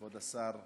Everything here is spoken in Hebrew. כבוד השר,